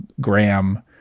Graham